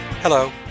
Hello